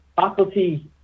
faculty